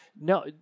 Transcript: No